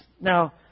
Now